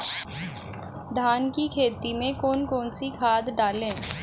धान की खेती में कौन कौन सी खाद डालें?